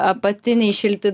apatiniai šilti